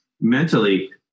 mentally